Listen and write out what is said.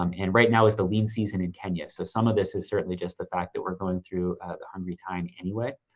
um and right now is the lean season in kenya. so some of this is certainly just the fact that we're going through a hungry time anyway,